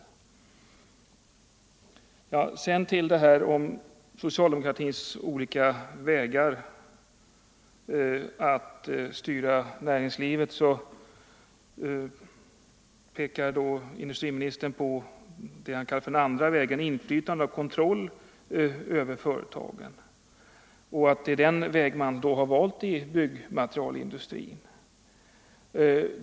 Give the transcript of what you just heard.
När det gäller socialdemokratins olika vägar att styra näringslivet, så pekar industriministern på det han kallar för den andra vägen, inflytande och kontroll över företagen, och säger att det är den väg man valt i byggmaterialindustrin.